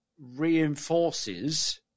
reinforces